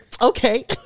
okay